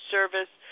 Service